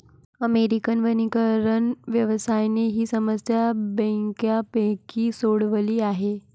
American वनीकरण व्यवसायाने ही समस्या बऱ्यापैकी सोडवली आहे